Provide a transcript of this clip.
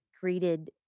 greeted